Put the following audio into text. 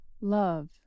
love